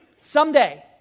Someday